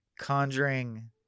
conjuring